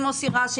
מוסי רז,